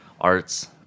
arts